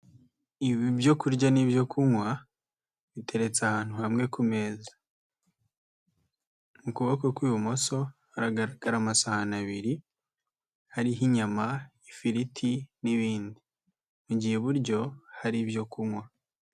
Ibyo kunywa n'ibyo kunywa biteretse ahantu hamwe, mu kuboko kw'ibumoso haragaragara amasahani abiri hariho inyama, ifiriti n'ibindi, mu gihe iburyo hari ibyo kunywa.